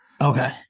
okay